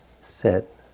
sit